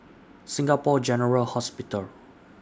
Singapore General Hospital